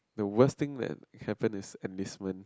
the worst thing that happen is enlistment